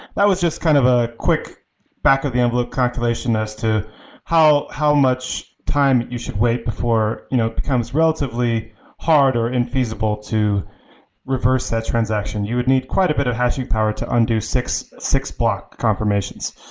that was just kind of a quick back of the envelope calculation as to how how much time you should wait before you know it becomes relatively hard or infeasible to reverse that transaction. you would need quite a bit of hashing power to undo six six block confirmations.